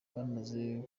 bamaze